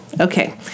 Okay